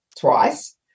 twice